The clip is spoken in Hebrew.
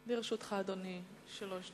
לרשותך, אדוני, שלוש דקות.